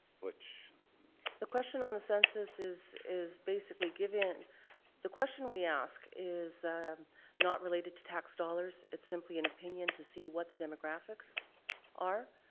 which the question on the census is is basically give the question we ask is um not related to tax dollars. it's simply an opinion to see what the demographics are.